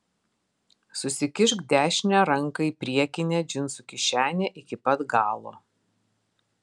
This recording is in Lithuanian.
susikišk dešinę ranką į priekinę džinsų kišenę iki pat galo